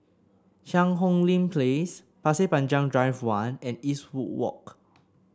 Cheang Hong Lim Place Pasir Panjang Drive One and Eastwood Walk